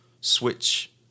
switch